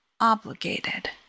Obligated